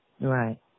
right